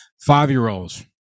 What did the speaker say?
five-year-olds